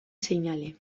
seinale